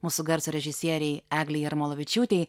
mūsų garso režisierei eglei jarmalavičiūtei